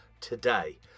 today